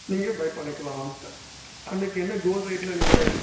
நீங்கள் பை பண்ணிக்கலாம் வந்து அன்னைக்கி என்ன கோல்ட் ரேட்டில் நீங்கள்